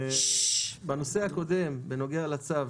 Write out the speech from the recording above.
בנושא הקודם, בנוגע לצו,